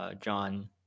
John